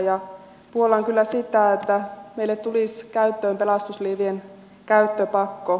puollan kyllä sitä että meille tulisi käyttöön pelastusliivien käyttöpakko